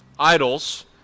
Idols